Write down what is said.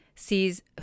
sees